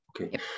Okay